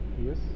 Yes